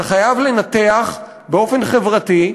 אתה חייב לנתח באופן חברתי,